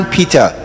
Peter